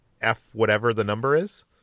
F-whatever-the-number-is